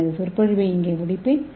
எனது சொற்பொழிவை இங்கே முடிப்பேன்